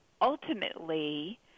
ultimately